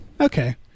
Okay